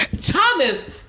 Thomas